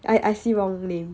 I I see wrong name